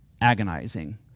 agonizing